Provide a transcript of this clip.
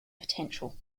potential